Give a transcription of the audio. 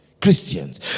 christians